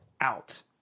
out